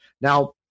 Now